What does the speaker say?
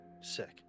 Sick